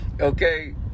Okay